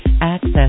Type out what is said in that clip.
Access